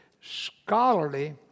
scholarly